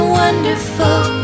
wonderful